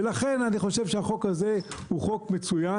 ולכן אני חושב שהחוק הזה הוא חוק מצוין.